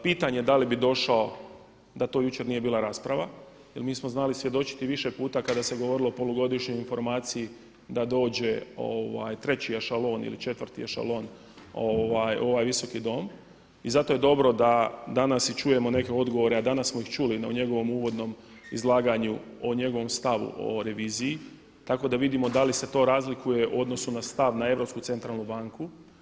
Pitanje da li bi došao da tu jučer nije bila rasprava jel mi smo znali svjedočiti više puta kada se govorilo o polugodišnjoj informaciji da dođe treći ešalon ili četvrti ešalon u ovaj Visoki dom i zato je dobro da danas čujemo neke odgovore, a danas smo ih čuli, no u njegovom uvodnom izlaganju o njegovom stavu o reviziji, tako da vidimo da li se to razlikuje u odnosu na stav na Europsku centralnu banku.